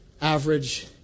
average